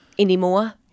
Anymore